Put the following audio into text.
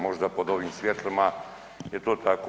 Možda pod ovim svijetlima je to tako.